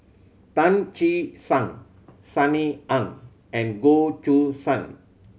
Tan Che Sang Sunny Ang and Goh Choo San